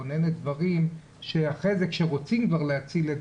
מקננים דברים שאחרי זה כשרוצים כבר להציל,